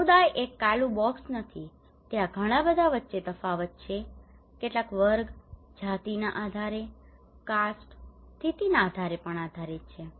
સમુદાય એક કાલુ બોક્સ નથી ત્યાં ઘણા બધા વચ્ચે તફાવત છે કેટલાક વર્ગ જાતિના આધારે કાસ્ટ સ્થિતિના આધારે પર આધારિત છે